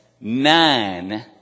nine